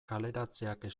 kaleratzeak